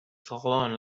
salon